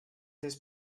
this